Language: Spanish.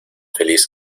feliz